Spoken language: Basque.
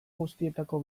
guztietako